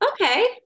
okay